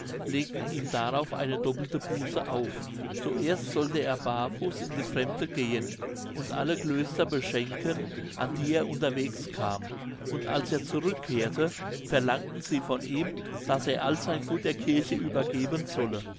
legten ihm darauf eine doppelte buße auf zuerst sollte er barfuß in die fremde gehen und alle klöster beschenken an die er unterwegs kam und als er zurückkehrte verlangten sie von ihm daß er all sein gut der kirche übergeben solle